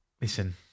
Listen